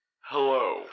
Hello